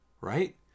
right